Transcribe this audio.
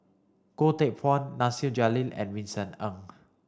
Goh Teck Phuan Nasir Jalil and Vincent Ng